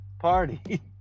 party